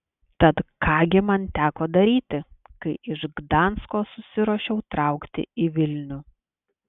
tad ką gi man teko daryti kai iš gdansko susiruošiau traukti į vilnių